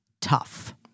tough